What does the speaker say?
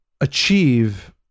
achieve